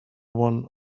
one